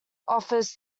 offers